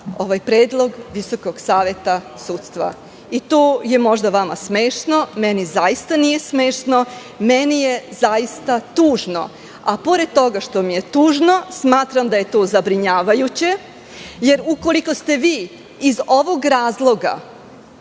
ovaj predlog Visokog saveta sudstva, i to je možda vama smešno, meni zaista nije smešno, meni je zaista tužno, a pored toga što mi je tužno, smatram da je to zabrinjavajuće, jer ukoliko ste vi iz ovog razloga,